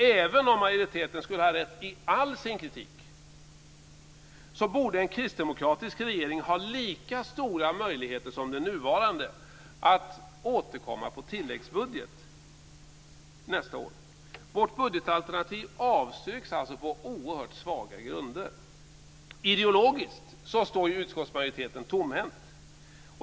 Även om majoriteten skulle ha rätt i all sin kritik borde alltså en kristdemokratisk regering ha lika stora möjligheter som den nuvarande att återkomma på tilläggsbudget nästa år. Vårt budgetalternativ avstyrks alltså på oerhört svaga grunder. Ideologiskt står utskottsmajoriteten tomhänt!